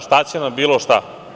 Šta će nam bilo šta?